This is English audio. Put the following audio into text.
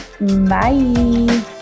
Bye